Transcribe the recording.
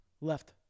left